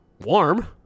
warm